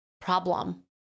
problem